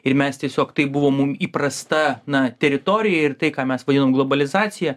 ir mes tiesiog tai buvo mum įprasta na teritorija ir tai ką mes vadinam globalizacija